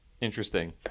Interesting